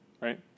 Right